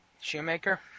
Shoemaker